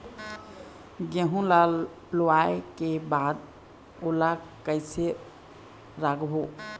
गेहूं ला लुवाऐ के बाद ओला कइसे राखबो?